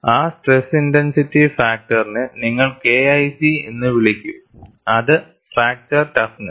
ആ stress intensity ഫാക്ടറിനെ നിങ്ങൾ KIC എന്ന് വിളിക്കും അത് ഫ്രാക്ചർ ടഫ്നെസ്